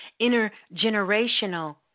intergenerational